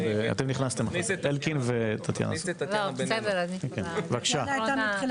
קודם כל, הדוברת כאן דיברה על